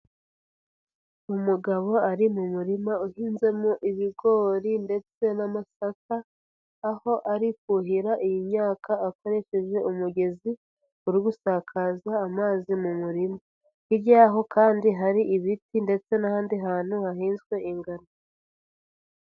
Umugabo ari mu murima uhinzemo ibigori ndetse n'amasaka, aho ari kuhira iyi myaka akoresheje umugezi, uri gusakaza amazi mu murima. Hirya yaho kandi hari ibiti ndetse n'ahandi hantu hahinzwe ingano.